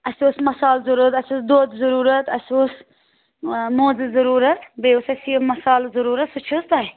اَسہِ اوس مَسالہٕ ضروٗرَت اَسہِ اوس دۄد ضروٗرَت اَسہِ اوس موزٕ ضروٗرَت بیٚیہِ اوس اَسہِ یہِ مَسالہٕ ضروٗرَت سُہ چھِ حظ تۄہہِ